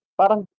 parang